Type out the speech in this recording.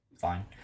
fine